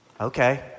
Okay